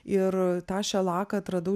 ir tą šelaką atradau